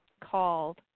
called